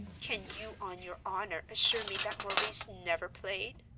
can you, on your honor, assure me that maurice never played?